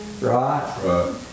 right